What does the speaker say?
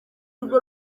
rwo